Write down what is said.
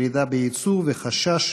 ירידה ביצוא וחשש